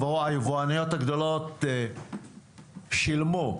היבואניות הגדולות שילמו,